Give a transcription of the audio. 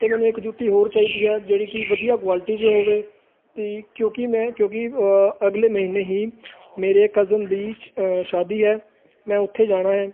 ਅਤੇ ਮੈਨੂੰ ਇੱਕ ਜੁੱਤੀ ਹੋਰ ਚਾਹੀਦੀ ਹੈ ਜਿਹੜੀ ਕਿ ਵਧੀਆ ਕੁਆਲਿਟੀ 'ਚ ਹੋਵੇ ਅਤੇ ਕਿਉਂਕਿ ਮੈਂ ਕਿਉਂਕਿ ਅਗਲੇ ਮਹੀਨੇ ਹੀ ਮੇਰੇ ਕਜ਼ਨ ਦੀ ਸ਼ਾਦੀ ਹੈ ਮੈਂ ਉੱਥੇ ਜਾਣਾ ਹੈ